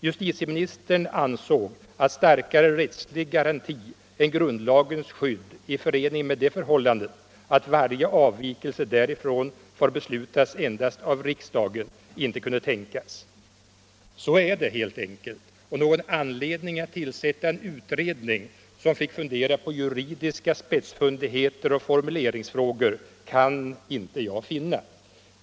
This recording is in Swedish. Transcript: Justitieministern ansåg att starkare rättslig garanti än grundlagens skydd — i förening med det förhållandet att varje avvikelse därifrån får beslutas endast av riksdagen — inte kunde tänkas. Så är det helt enkelt, och någon anledning att tillsätta en utredning som skulle fundera på juridiska spetsfundigheter och formuleringsfrågor kan inte jag finna.